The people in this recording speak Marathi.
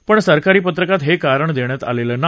पण सरकारी पत्रकात हे कारण देण्यात आलेलं नाही